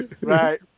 right